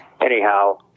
Anyhow